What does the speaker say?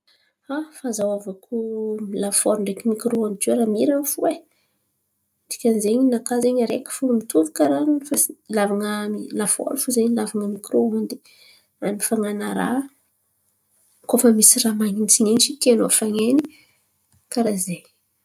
Ah, fahazaoko lafaoro ndraiky mikiro ondy tio raha miran̈a fo e. Dikan’ny zen̈y ninakà ze araiky fo mitovy fo karà hilavan̈a lafaoro fo zen̈y mikiro ondy an̈ifanan̈a raha koa fa misy raha manintsinintsy tianô hafan̈ainy karà ze.